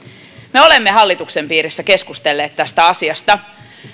me olemme hallituksen piirissä keskustelleet tästä asiasta